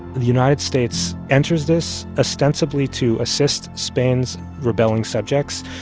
the united states enters this, ostensibly to assist spain's rebelling subjects,